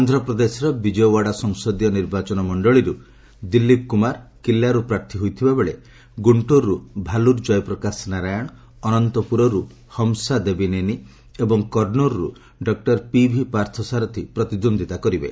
ଆନ୍ଧ୍ରପ୍ରଦେଶର ବିଜୟଓ୍ୱାଡ଼ା ସଂସଦୀୟ ନିର୍ବାଚନ ମଣ୍ଡଳୀରୁ ଦିଲ୍ଲୀପ କୁମାର କିଲାରୁ ପ୍ରାର୍ଥୀ ହୋଇଥିବା ବେଳେ ଗୁଷ୍ଟୁରରୁ ଭାଲୁରୁ ଜୟପ୍ରକାଶ ନାରାୟଣ ଅନନ୍ତପୁରରୁ ହମ୍ସା ଦେବୀନେନି ଏବଂ କର୍ଣ୍ଣୁର୍ରୁ ଡକ୍ଟର ପିଭି ପାର୍ଥସାରଥୀ ପ୍ରତିଦ୍ୱନ୍ଦ୍ୱିତା କରିବେ